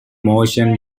motion